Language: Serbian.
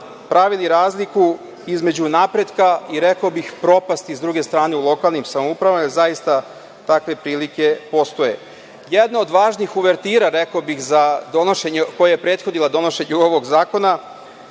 pravili razliku između napretka i, rekao bih, propasti, s druge strane, u lokalnim samoupravama jer zaista takve prilike postoje. Jedna od važnih uvertira, rekao bih, koja je prethodila donošenju ovog zakona